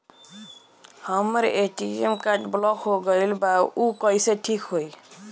हमर ATM card block हो गईल बा ऊ कईसे ठिक होई?